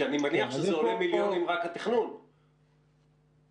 ואני מניח שרק התכנון עולה מיליונים.